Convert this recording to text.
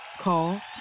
Call